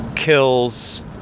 Kills